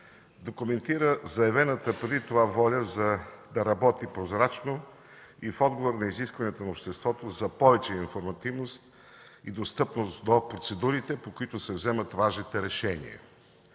документира заявената преди това воля да работи прозрачно и в отговор на изискването на обществото за повече информация и достъпност до процедурите, по които се вземат важните решения.